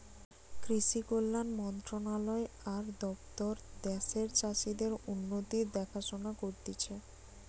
কৃষি কল্যাণ মন্ত্রণালয় আর দপ্তর দ্যাশের চাষীদের উন্নতির দেখাশোনা করতিছে